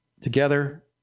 Together